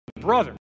brother